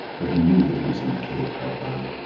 for he knew that he was in the cave hardby.